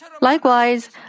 Likewise